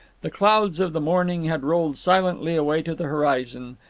the clouds of the morning had rolled silently away to the horizon,